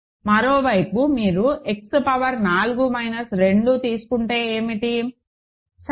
మరోవైపు మీరు X power 4 minus 2 తీసుకుంటే ఏమిటి సరే